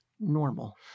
normal